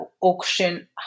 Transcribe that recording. auction